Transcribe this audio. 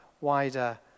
wider